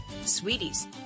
Sweeties